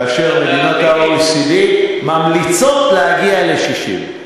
כאשר מדינות ה-OECD ממליצות להגיע ל-60.